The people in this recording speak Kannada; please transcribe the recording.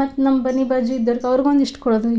ಮತ್ತೆ ನಮ್ಮ ಮನಿ ಬಾಜು ಇದ್ದವ್ರ್ಗೆ ಅವ್ರ್ಗೆ ಒಂದಿಷ್ಟು ಕೊಡೋದು